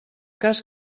cas